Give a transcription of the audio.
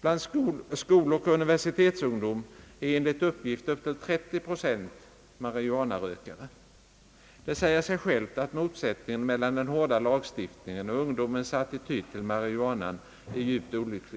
Bland skoloch universitetsungdom är enligt uppgift upp till 30 procent marijuanarökare. Det säger sig självt att motsättningen mellan den hårda lagstiftningen och ungdomens attityd till marijuanan är djupt olycklig.